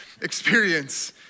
experience